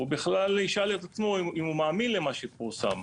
הוא בכלל ישאל את עצמו אם הוא מאמין למה שפורסם.